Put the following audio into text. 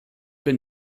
bin